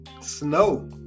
snow